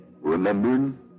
remembering